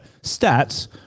stats